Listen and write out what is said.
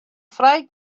frij